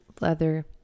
leather